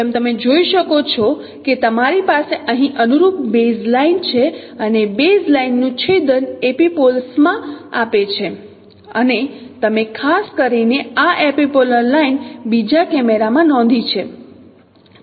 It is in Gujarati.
જેમ તમે જોઈ શકો છો કે તમારી પાસે અહીં અનુરૂપ બેઝ લાઇન છે અને બેઝ લાઇન નું છેદન એપિપોલ્સ માં આપે છે અને તમે ખાસ કરીને આ એપિપોલર લાઈન બીજા કેમેરામાં નોંધ્યું છે